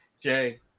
Jay